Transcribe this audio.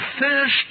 first